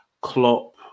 Klopp